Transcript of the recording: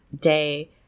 day